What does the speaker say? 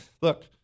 look